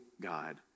God